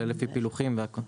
לפי פילוחים והכול.